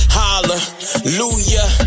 hallelujah